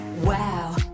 wow